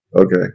Okay